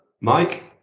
Mike